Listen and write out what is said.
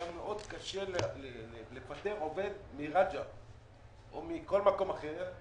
מאוד קשה לפטר עובד מראג'ה או מכל מקום אחר.